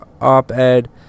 op-ed